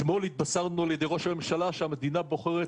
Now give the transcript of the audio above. אתמול התבשרנו על ידי ראש הממשלה שהמדינה בוחרת